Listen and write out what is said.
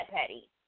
petty